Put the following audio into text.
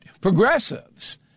progressives